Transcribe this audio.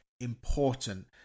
important